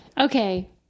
Okay